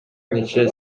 нече